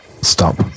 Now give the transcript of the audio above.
Stop